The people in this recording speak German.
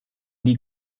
die